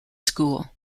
school